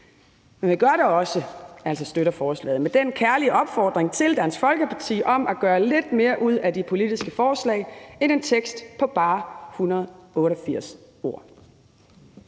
Men vi gør det også, altså støtter forslaget, med den kærlige opfordring til Dansk Folkeparti, at de skal gøre lidt mere ud af de politiske forslag end at skrive en tekst på bare 188 ord.